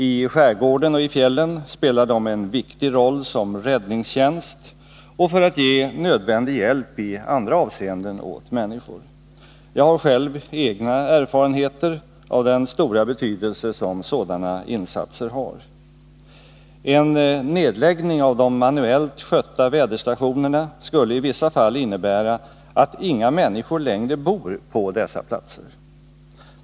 I skärgården och i fjällen spelar de en viktig roll som räddningstjänst och för att ge nödvändig hjälp i andra avseenden åt människor. Jag har egna erfarenheter av den stora betydelse som sådana insatser har. En nedläggning av de manuellt skötta väderstationerna skulle i vissa fall innebära att inga människor längre bor på dessa platser.